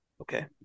Okay